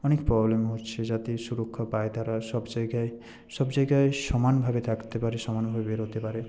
অনেক প্রবলেম হচ্ছে যাতে সুরক্ষা পায় তারা সব জায়গায় সব জায়গায় সমানভাবে থাকতে পারে সমানভাবে বেরোতে পারে